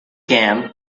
camp